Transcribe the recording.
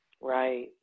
Right